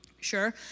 sure